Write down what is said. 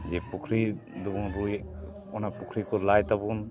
ᱡᱮ ᱯᱩᱠᱷᱨᱤ ᱫᱚᱵᱚᱱ ᱨᱩᱭᱮᱫ ᱚᱱᱟ ᱯᱩᱠᱷᱨᱤ ᱠᱚ ᱞᱟᱭ ᱛᱟᱵᱚᱱ